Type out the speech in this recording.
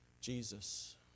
Jesus